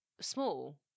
small